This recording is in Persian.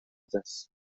است